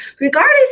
regardless